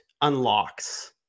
unlocks